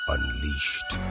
Unleashed